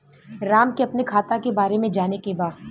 राम के अपने खाता के बारे मे जाने के बा?